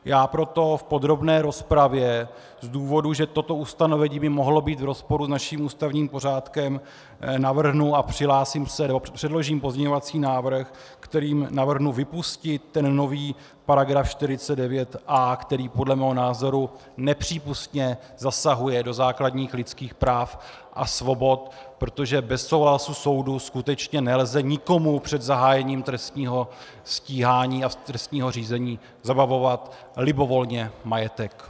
Já proto v podrobné rozpravě z důvodu, že toto ustanovení by mohlo být v rozporu s naším ústavním pořádkem, navrhnu, předložím pozměňovací návrh, kterým navrhnu vypustit ten nový § 49a, který podle mého názoru nepřípustně zasahuje do základních lidských práv a svobod, protože bez souhlasu soudu skutečně nelze nikomu před zahájením trestního stíhání a trestního řízení zabavovat libovolně majetek.